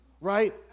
right